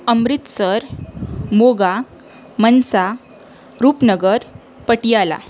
Amritsar Moga Mansa Rupnagar Patiala